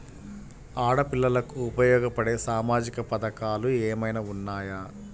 ఆడపిల్లలకు ఉపయోగపడే సామాజిక పథకాలు ఏమైనా ఉన్నాయా?